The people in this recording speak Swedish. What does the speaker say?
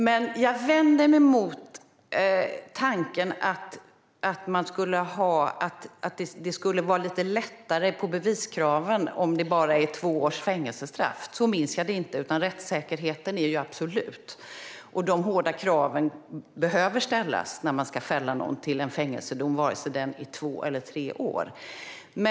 Men jag vänder mig mot tanken att det skulle vara lite lättare med beviskraven om det bara är två års fängelsestraff. Så minns jag det inte, utan rättssäkerheten är absolut. De hårda kraven behöver ställas när man ska döma någon till en fängelsedom oavsett om det är två eller tre år.